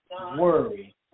worry